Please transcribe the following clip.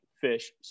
fish